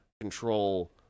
control